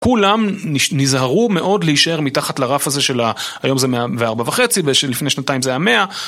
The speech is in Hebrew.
כולם נזהרו מאוד להישאר מתחת לרף הזה של, היום זה 104 וחצי ולפני שנתיים זה היה מאה.